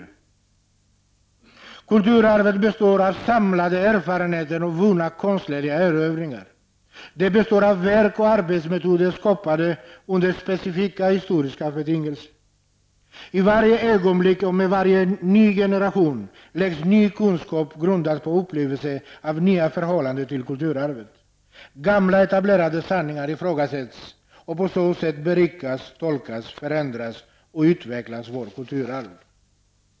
Kulturarvet består av samlade erfarenheter och vunna konstnärliga erövringar. Det består av verk och arbetsmetoder skapade under specifika historiska betingelser. I varje ögonblick och med varje ny generation läggs ny kunskap, grundad på upplevelser av nya förhållanden, till kulturarvet. Gamla etablerade sanningar ifrågasätts. På så sätt berikas, tolkas, förändras och utvecklas vårt kulturarv.